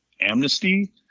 amnesty